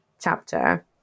chapter